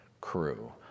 crew